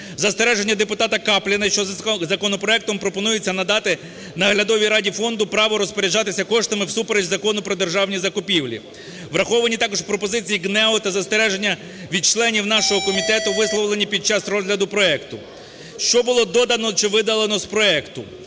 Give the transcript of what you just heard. Застереження депутата Капліна, що законопроектом пропонується надати наглядовій раді фонду право розпоряджатися коштами всупереч Закону про державні закупівлі. Враховані також пропозиції ГНЕУ та застереження від членів нашого комітету, висловлені під час розгляду проекту. Що було додано чи видалено з проекту?